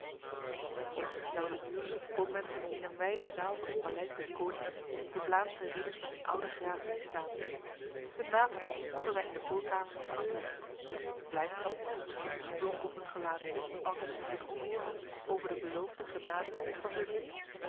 op het gestelde uur kon men in een wijde zaal van het paleis des konings de vlaamse ridders met hun oude graaf zien staan hun wapenen hadden zij in de voorkamer moeten afleggen blijdschap en genoegen blonk op hun gelaat alsof zij zich op voorhand over de beloofde genade verheugden